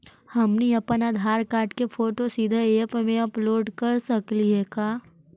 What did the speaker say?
हमनी अप्पन आधार कार्ड के फोटो सीधे ऐप में अपलोड कर सकली हे का?